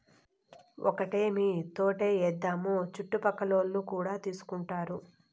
ఒక్కటేమీ తోటే ఏద్దాము చుట్టుపక్కలోల్లు కూడా తీసుకుంటారు